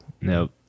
Nope